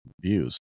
views